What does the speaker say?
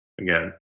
Again